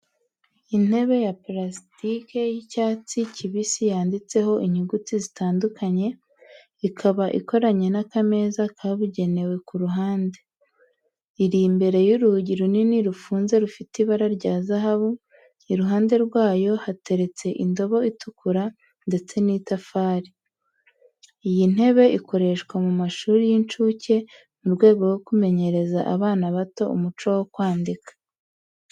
Intebe ya pulasitike y’icyatsi kibisi yanditseho inyuguti zitandukanye, ikaba ikoranye n’akameza kabugenewe ku ruhande. Iri imbere y’urugi runini rufunze rufite ibara rya zahabu, iruhande rwayo hateretse indobo itukura ndetse n'itafari. Iyi ntebe ikoreshwa mu mashuri y'incuke mu rwego rwo kumenyereza abana bato umuco wo kwandika.